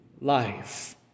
life